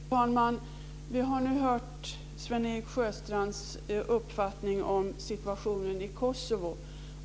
Fru talman! Vi har nu hört Sven-Erik Sjöstrands uppfattning om situationen i Kosovo.